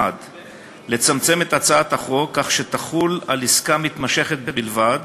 1. לצמצם את הצעת החוק כך שתחול על עסקה מתמשכת בלבד,